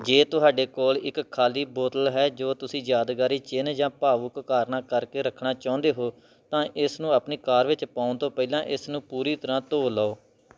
ਜੇ ਤੁਹਾਡੇ ਕੋਲ ਇੱਕ ਖਾਲੀ ਬੋਤਲ ਹੈ ਜੋ ਤੁਸੀਂ ਯਾਦਗਾਰੀ ਚਿੰਨ੍ਹ ਜਾਂ ਭਾਵੁਕ ਕਾਰਨਾਂ ਕਰਕੇ ਰੱਖਣਾ ਚਾਹੁੰਦੇ ਹੋ ਤਾਂ ਇਸ ਨੂੰ ਆਪਣੀ ਕਾਰ ਵਿੱਚ ਪਾਉਣ ਤੋਂ ਪਹਿਲਾਂ ਇਸ ਨੂੰ ਪੂਰੀ ਤਰ੍ਹਾਂ ਧੋ ਲਓ